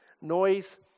noise